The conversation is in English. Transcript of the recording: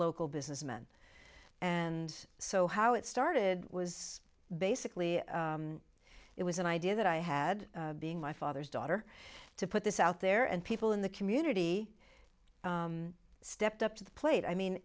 local businessmen and so how it started was basically it was an idea that i had being my father's daughter to put this out there and people in the community stepped up to the plate i